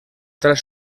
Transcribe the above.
tras